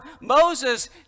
Moses